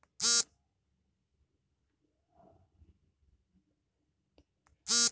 ಕೇರಳ, ತಮಿಳುನಾಡು, ಮಹಾರಾಷ್ಟ್ರ, ಗುಜರಾತ್ ತೀರ ಪ್ರದೇಶಗಳಲ್ಲಿ ಕಠಿಣ ಚರ್ಮಿ ಉತ್ಪಾದನೆಯನ್ನು ಮಾಡ್ತರೆ